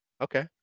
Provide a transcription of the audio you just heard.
Okay